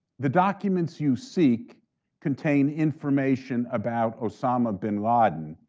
the documents you seek contain information about osama bin laden.